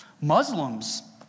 Muslims